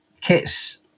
kits